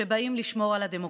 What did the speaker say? שבאים לשמור על הדמוקרטיה.